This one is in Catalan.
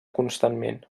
constantment